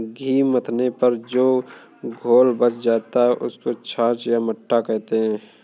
घी मथने पर जो घोल बच जाता है, उसको छाछ या मट्ठा कहते हैं